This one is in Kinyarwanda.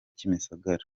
kimisagara